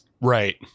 Right